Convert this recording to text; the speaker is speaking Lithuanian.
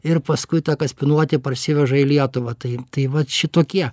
ir paskui tą kaspinuotį parsiveža į lietuvą tai tai vat šitokie